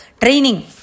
training